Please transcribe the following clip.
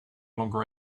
longer